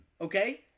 Okay